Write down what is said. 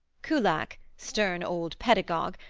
kullak, stern old pedagogue,